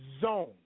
zone